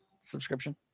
subscription